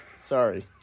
sorry